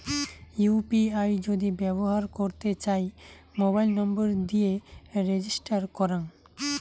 UPI যদি ব্যবহর করতে চাই, মোবাইল নম্বর দিয়ে রেজিস্টার করাং